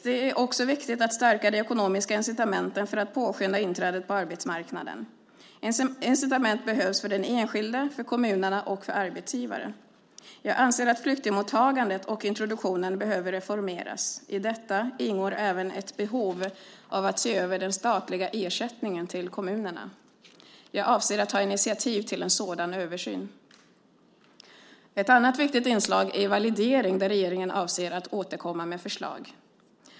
Det är också viktigt att stärka de ekonomiska incitamenten för att påskynda inträdet på arbetsmarknaden. Incitament behövs för den enskilde, för kommunerna och för arbetsgivarna. Jag anser att flyktingmottagandet och introduktionen behöver reformeras. I detta ingår även ett behov av att se över den statliga ersättningen till kommunerna. Jag avser att ta initiativ till en sådan översyn. Ett annat viktigt inslag är validering, där regeringen avser att återkomma med förslag.